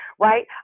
right